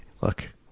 look